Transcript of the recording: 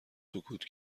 سکوت